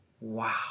Wow